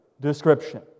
description